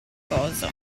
cosa